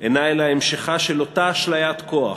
אינה אלה המשכה של אותה אשליית כוח